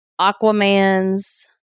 Aquaman's